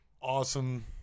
Awesome